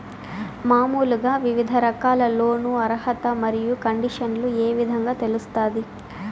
మామూలుగా వివిధ రకాల లోను అర్హత మరియు కండిషన్లు ఏ విధంగా తెలుస్తాది?